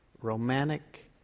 romantic